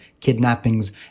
kidnappings